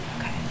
Okay